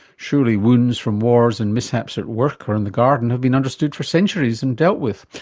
surely wounds from wars and mishaps at work or in the garden have been understood for centuries and dealt with,